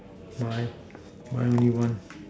my mine only one